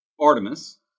Artemis